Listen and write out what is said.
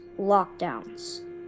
lockdowns